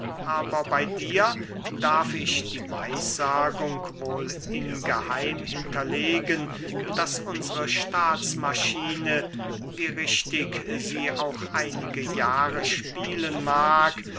aber bey dir darf ich die weissagung wohl in geheim hinterlegen daß unsre staatsmaschine wie richtig sie auch einige jahre spielen mag